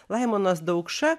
laimonas daukša